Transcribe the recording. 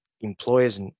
employers